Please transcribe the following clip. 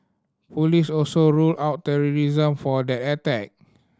police also ruled out terrorism for that attack